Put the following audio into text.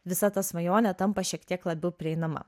visa ta svajonė tampa šiek tiek labiau prieinama